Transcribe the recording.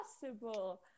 possible